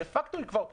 דה-פקטו היא כבר פועלת.